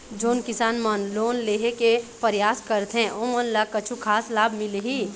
जोन किसान मन लोन लेहे के परयास करथें ओमन ला कछु खास लाभ मिलही?